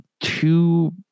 two